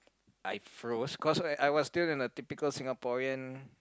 I froze cause I was still in a typical Singaporean